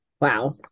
Wow